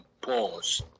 pause